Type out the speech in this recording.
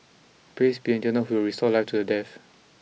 praise be the eternal who will restore life to the death